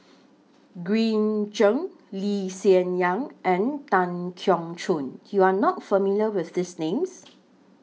Green Zeng Lee Hsien Yang and Tan Keong Choon YOU Are not familiar with These Names